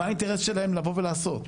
מה האינטרס שלהם לבוא ולעשות?